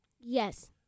Yes